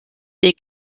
des